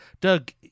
Doug